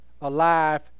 Alive